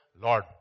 Lord